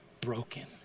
broken